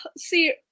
See